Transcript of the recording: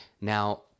Now